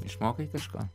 išmokai kažką